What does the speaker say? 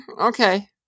okay